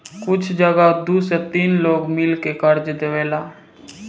कुछ जगह दू से तीन लोग मिल के कर्जा देवेला